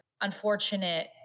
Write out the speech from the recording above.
unfortunate